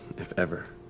if ever.